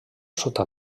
sota